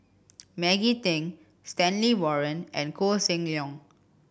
Maggie Teng Stanley Warren and Koh Seng Leong